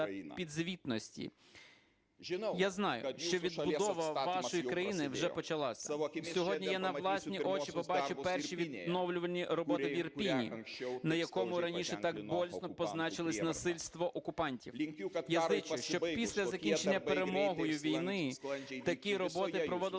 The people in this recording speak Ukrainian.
Я знаю, що відбудова вашої країни вже почалася. І сьогодні я на власні очі побачив перші відновлювальні роботи в Ірпені, на якому раніше так болісно позначилося насильство окупантів. Я зичу, щоб після закінчення перемогою війни такі роботи проводилися швидко